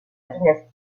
dynastie